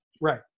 Right